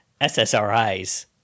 SSRIs